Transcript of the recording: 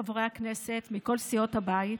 חברי הכנסת מכל סיעות הבית,